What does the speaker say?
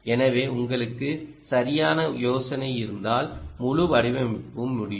எனவே உங்களுக்கு சரியான யோசனை இருந்தால் முழு வடிவமைப்பும் முடியும்